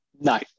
No